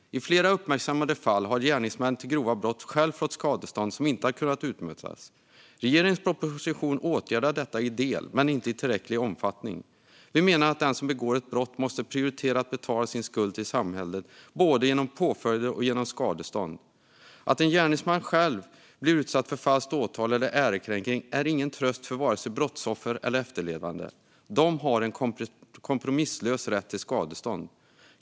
I flera uppmärksammade fall har gärningsmän som begått grova brott själva fått skadestånd som inte har kunnat utmätas. Regeringens proposition åtgärdar detta till viss del men inte i tillräcklig omfattning. Vi menar att den som begått ett brott måste prioritera att betala sin skuld till samhället, både genom påföljder och genom skadestånd. Att en gärningsman själv blir utsatt för falskt åtal eller ärekränkning är ingen tröst för vare sig brottsoffer eller efterlevande. De har en kompromisslös rätt till skadestånd.